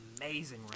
amazing